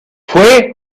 fue